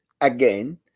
again